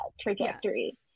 trajectory